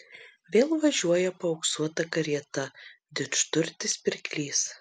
vėl važiuoja paauksuota karieta didžturtis pirklys